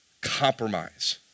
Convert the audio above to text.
compromise